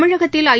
தமிழகத்தில் ஐ